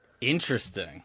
Interesting